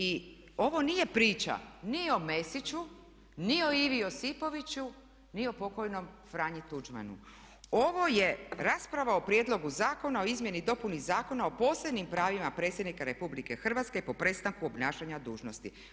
I ovo nije priča ni o Mesiću ni o Ivi Josipoviću ni o pokojnom Franji Tuđmanu, ovo je rasprava o prijedlogu zakona o izmjeni i dopuni Zakona o posebnim pravima predsjednika Republike Hrvatske po prestanku obnašanja dužnosti.